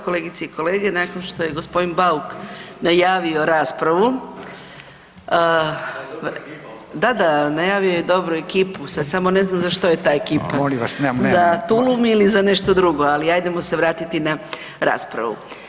Kolegice i kolege nakon što je gospodin Bauk najavio raspravu, da, da, najavio je dobru ekipu sad samo ne znam za što je ta ekipa [[Upadica: Molim vas.]] za tulum ili za nešto drugu, ali ajdemo se vratiti na raspravu.